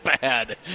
bad